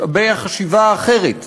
משאבי החשיבה האחרת,